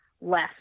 less